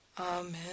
Amen